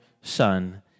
Son